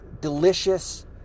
delicious